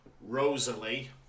Rosalie